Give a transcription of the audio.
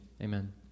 amen